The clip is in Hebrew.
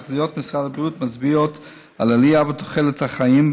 תחזיות משרד הבריאות מצביעות על עלייה בתוחלת החיים,